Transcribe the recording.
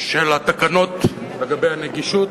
של התקנות לגבי הנגישות